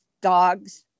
dogs